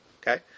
Okay